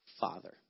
father